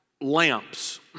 lamps